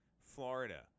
Florida